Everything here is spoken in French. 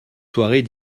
soirées